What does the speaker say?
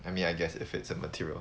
I mean I guess if it's a material